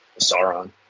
Sauron